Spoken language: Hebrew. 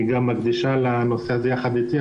היא מקדישה לנושא הזה יחד איתי,